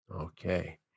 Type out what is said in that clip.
Okay